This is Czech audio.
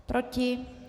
Proti?